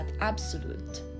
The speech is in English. absolute